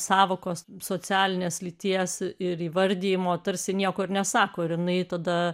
sąvokos socialinės lyties ir įvardijimo tarsi niekur nesako ir jinai tada